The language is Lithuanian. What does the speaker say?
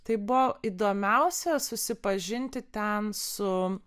tai buvo įdomiausia susipažinti ten su